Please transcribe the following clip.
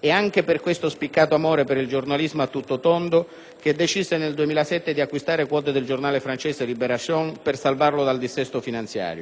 È anche per questo spiccato amore per il giornalismo a tutto tondo che decise, nel 2007, di acquistare quote del giornale francese «*Libération*» per salvarlo dal dissesto finanziario.